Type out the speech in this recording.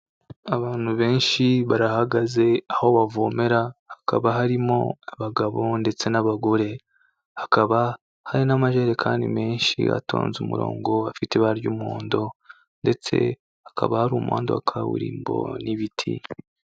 Abantu benshi barahagaze aho bavomera hakaba harimo abagabo ndetse n'abagore, hakaba hari n'amajerekani menshi atonze umurongo afite ibara ry'umuhondo ndetse hakaba hari umuhanda wa kaburimbo n'ibiti.